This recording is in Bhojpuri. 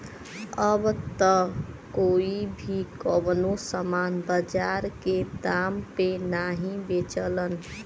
अब त कोई भी कउनो सामान बाजार के दाम पे नाहीं बेचलन